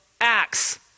Acts